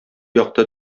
якты